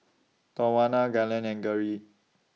Tawana Galen and Geri